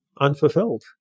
unfulfilled